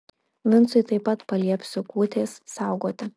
vincui taip pat paliepsiu kūtės saugoti